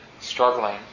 struggling